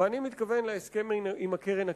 ואני מתכוון להסכם עם הקרן הקיימת.